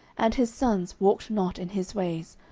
and his sons walked not in his ways,